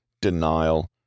denial